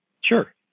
Sure